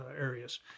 areas